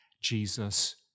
Jesus